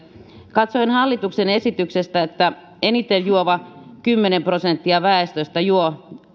katsoin hallituksen esityksestä että eniten juova kymmenen prosenttia väestöstä juo